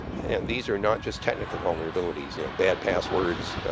and these are not just technical vulnerabilities you know, bad passwords,